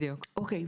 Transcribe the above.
אוקי.